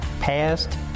past